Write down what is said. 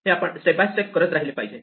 हे आपण step by step करत राहिले पाहिजे